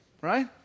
right